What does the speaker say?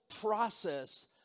process